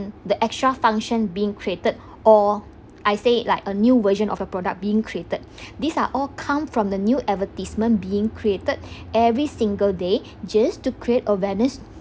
the extra function being created or I said like a new version of a product being created these are all come from the new advertisement being created every single day just to create awareness